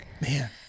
man